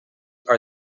are